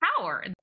power